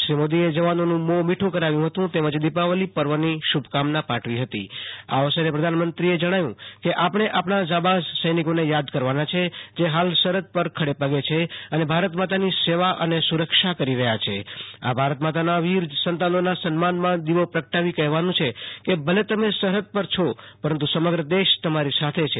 શ્રી મોદીએ જવાનોનું મોં મીઠું કરાવ્યું હતું તેમજ દીપાલ્લી પર્વની શુ ભ કામના પાઠવી ફતી આ અવસરે પ્રધાનમંત્રીએ જણાવ્યું કે આપણે આપણા જાંબાઝ સૈનિકોને યાદ કરવાના છે જે હાલ સરહદ પર ખડેપગે છે અને ભારતમાતાની સેવા અને સુ રક્ષા કરી રહ્યા છે આ ભારતમાતાના વીર સંતાનોના સન્માનમાં દીવો પ્રગટાવી કહેવાનું છે કે ભલે તમે સરહ્હ પર છો પરંતુ સમગ્ર દેશ તમારી સાથે છે